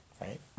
right